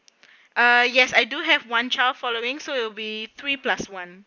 uh yes I do have one child following so it'll be three plus one